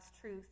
truth